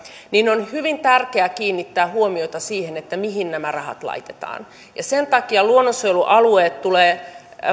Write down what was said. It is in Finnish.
niin on hyvin tärkeää kiinnittää huomiota siihen mihin nämä rahat laitetaan sen takia luonnonsuojelualueet tulee